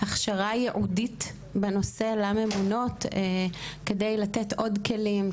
הכשרה ייעודית בנושא כדי לתת עוד כלים,